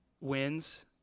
wins